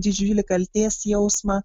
didžiulį kaltės jausmą